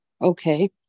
okay